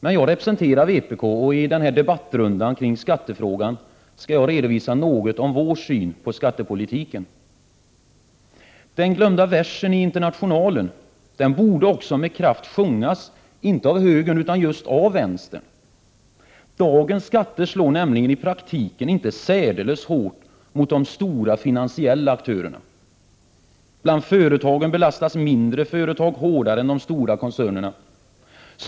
Men jag representerar vpk, och i denna debattrunda kring skattefrågan skall jag redovisa något om vår syn på skattepolitiken. Den glömda versen i Internationalen borde också med kraft sjungas, inte av högern utan av just vänstern. Dagens skatter slår nämligen i praktiken inte särdeles hårt mot de stora finansiella aktörerna. Bland företagen belastas mindre företag hårdare än de stora koncernerna.